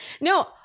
No